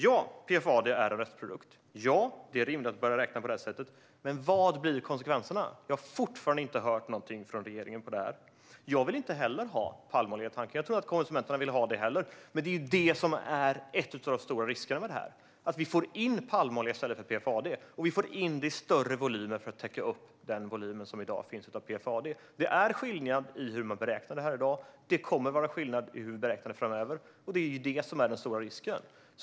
Ja, PFAD är en restprodukt. Ja, det är rimligt att börja räkna på det sättet. Men vilka blir konsekvenserna? Vi har fortfarande inte hört någonting från regeringen om det. Jag vill inte ha palmolja i tanken. Jag tror att inte heller konsumenterna vill det. En av de stora riskerna med detta är att vi får in palmolja i stället för PFAD och får in det i större volymer för att täcka upp den volym som i dag finns av PFAD. Det är skillnad i hur man i dag beräknar det. Det kommer att vara skillnad i hur man beräknar det framöver. Det är den stora risken.